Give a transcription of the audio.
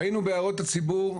ראינו בהערות הציבור.